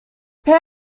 pair